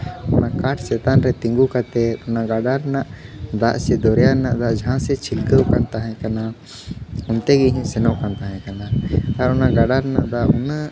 ᱚᱱᱟ ᱠᱟᱴ ᱪᱮᱛᱟᱱ ᱨᱮ ᱛᱤᱸᱜᱩ ᱠᱟᱛᱮ ᱚᱱᱟ ᱜᱟᱰᱟ ᱨᱮᱱᱟᱜ ᱫᱟᱜ ᱥᱮ ᱫᱚᱨᱭᱟ ᱨᱮᱱᱟᱜ ᱫᱟᱜ ᱡᱟᱦᱟᱸ ᱥᱮᱫ ᱪᱷᱤᱞᱠᱟᱹᱣ ᱟᱠᱟᱜ ᱛᱟᱦᱮᱸ ᱠᱟᱱᱟ ᱚᱱᱛᱮ ᱜᱮ ᱤᱧ ᱦᱚᱧ ᱥᱮᱱᱚᱜ ᱠᱟᱱ ᱛᱟᱦᱮᱸ ᱠᱟᱱᱟ ᱟᱨ ᱚᱱᱟ ᱜᱟᱰᱟ ᱨᱮᱱᱟᱜ ᱫᱟᱜ ᱩᱱᱟᱹᱜ